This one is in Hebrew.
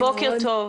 בוקר טוב.